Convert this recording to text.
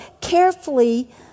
carefully